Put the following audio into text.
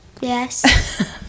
Yes